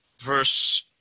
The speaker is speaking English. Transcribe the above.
verse